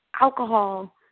alcohol